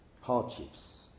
hardships